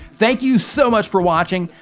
thank you so much for watching.